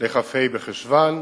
לכ"ה בחשוון.